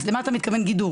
אז למה אתה מתכוון גידור?